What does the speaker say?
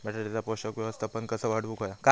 बटाट्याचा पोषक व्यवस्थापन कसा वाढवुक होया?